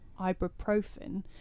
ibuprofen